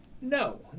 No